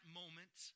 moment